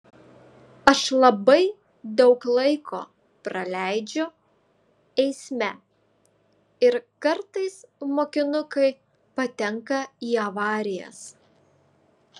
aš labai daug laiko praleidžiu eisme ir kartais mokinukai patenka į avarijas